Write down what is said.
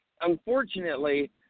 unfortunately